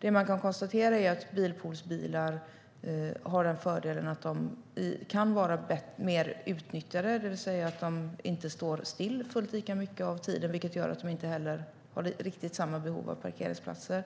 Det man kan konstatera är att bilpoolsbilar har den fördelen att de kan vara mer utnyttjade, det vill säga att de inte står still fullt lika mycket av tiden. Det gör att de inte heller riktigt har samma behov av parkeringsplatser.